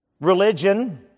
Religion